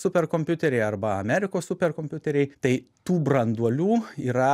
superkompiuteriai arba amerikos superkompiuteriai tai tų branduolių yra